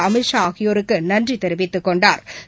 அமித்ஷா ஆகியோருக்குநன்றிதெரிவித்துக் கொண்டாா்